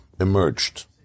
emerged